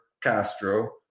Castro